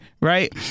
right